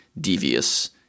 devious